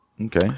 Okay